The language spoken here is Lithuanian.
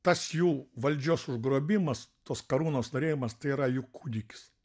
tas jų valdžios užgrobimas tos karūnos norėjimas tai yra jų kūdikis